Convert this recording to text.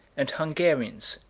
and hungarians,